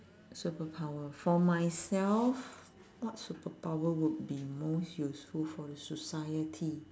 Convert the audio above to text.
superpower for myself what superpower would be most useful for the society